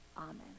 Amen